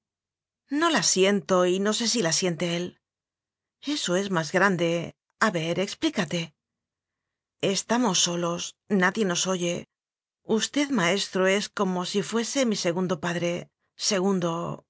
no la siento y no sé si la siente él eso es más grande a ver explícate estamos solos nadie nos oye usted maestro es como si fuese mi segundo pa dre segundo